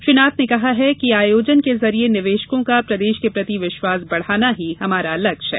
श्री नाथ ने कहा कि आयोजन के जरिए निवेशकों का प्रदेश के प्रति विश्वास बढ़ाना ही हमारा लक्ष्य है